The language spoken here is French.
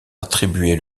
attribué